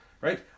right